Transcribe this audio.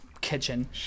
kitchen